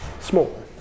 small